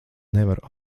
nevaru